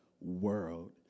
world